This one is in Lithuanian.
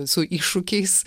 su iššūkiais